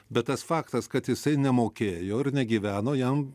bet tas faktas kad jisai nemokėjo ir negyveno jam